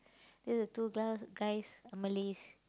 then the two glass guys are Malays